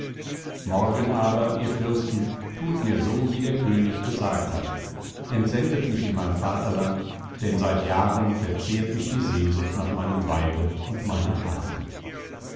morgen aber ihr fürsten thut mir so wie der könig gesagt hat entsendet mich in mein vaterland denn seit jahren verzehrt mich die sehnsucht nach meinem weibe und meiner habe